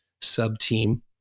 sub-team